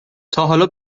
تاحالا